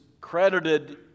credited